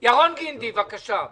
קבוע בשני עניינים.